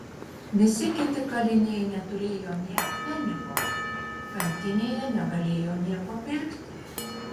visi kiti kaliniai neturėjo nė pfenigo kantinėje negalėjo nieko pirkti